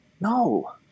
no